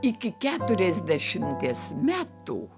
iki keturiasdešimties metų